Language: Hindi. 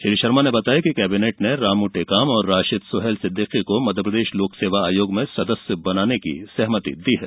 श्री शर्मा ने बताया कि कैबिनेट ने रामू टेकाम और राशिद सुहेल सिद्धिकी को मध्यप्रदेश लोक सेवा आयोग में सदस्य बनाने की सहमति दी है